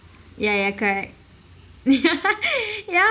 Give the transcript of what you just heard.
ya ya correct ya